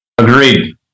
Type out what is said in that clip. Agreed